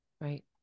Right